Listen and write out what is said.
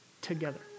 together